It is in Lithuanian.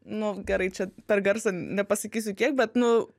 nu gerai čia per garsą nepasakysiu kiek bet nu